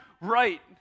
right